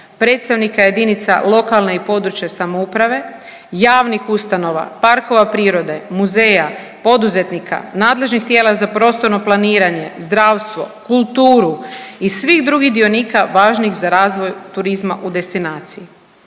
predstavnika JLPS, javnih ustanova, parkova prirode, muzeja, poduzetnika, nadležnih tijela za prostorno planiranje, zdravstvo, kulturu i svih drugih dionika važnih za razvoj turizma u destinaciji.